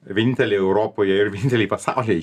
vieninteliai europoje ir vieninteliai pasaulyje